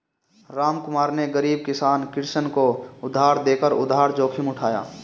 रामकुमार ने गरीब किसान कृष्ण को उधार देकर उधार जोखिम उठाया